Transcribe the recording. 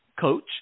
coach